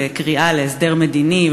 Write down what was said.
בקריאה להסדר מדיני,